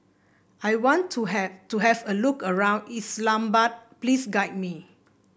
I want to have to have a look around Islamabad please guide me